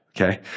Okay